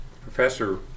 Professor